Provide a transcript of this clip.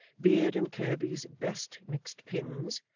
beard and kirby's best mixed pins,